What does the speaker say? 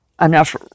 enough